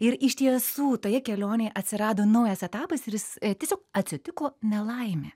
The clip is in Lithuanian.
ir iš tiesų toje kelionėje atsirado naujas etapas ir jis tiesiog atsitiko nelaimė